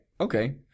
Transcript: Okay